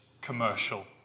commercial